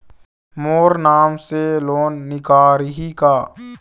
मोर नाम से लोन निकारिही का?